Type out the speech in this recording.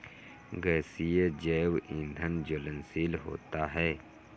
गैसीय जैव ईंधन ज्वलनशील होता है